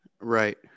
Right